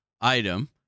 item